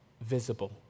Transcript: visible